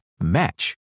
match